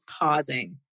pausing